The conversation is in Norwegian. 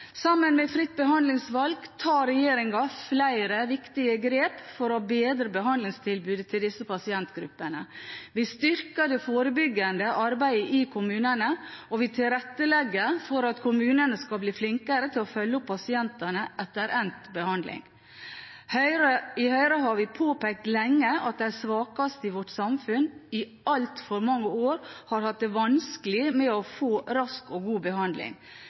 Sammen med fritt behandlingsvalg tar regjeringen flere viktige grep for å bedre behandlingstilbudet til disse pasientgruppene. Vi styrker det forebyggende arbeidet i kommunene, og vi tilrettelegger for at kommunene skal bli flinkere til å følge opp pasientene etter endt behandling. I Høyre har vi påpekt lenge at de svakeste i vårt samfunn i altfor mange år har hatt det vanskelig med å få rask og god behandling.